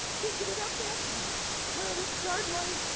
can't get it out fast enough. this darn money.